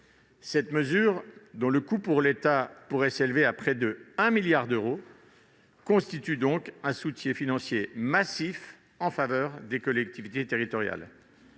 Cette mesure, dont le coût pour l'État pourrait s'élever à près de 1 milliard d'euros, constitue donc un soutien financier massif en faveur des collectivités territoriales.